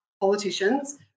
politicians